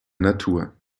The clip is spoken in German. natur